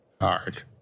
hard